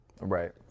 Right